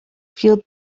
field